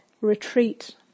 retreat